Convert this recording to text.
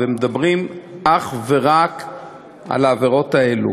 ומדברים אך ורק על העבירות האלה,